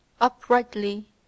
Uprightly